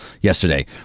yesterday